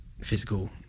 physical